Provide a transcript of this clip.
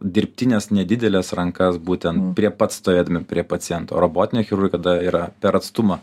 dirbtines nedideles rankas būtent prie pat stovėdami prie paciento robotinė chirurgija kada yra per atstumą